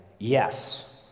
Yes